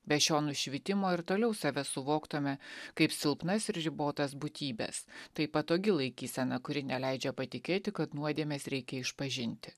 be šio nušvitimo ir toliau save suvoktume kaip silpnas ir ribotas būtybes tai patogi laikysena kuri neleidžia patikėti kad nuodėmes reikia išpažinti